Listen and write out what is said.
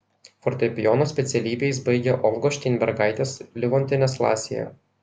fortepijono specialybę jis baigė olgos šteinbergaitės livontienės klasėje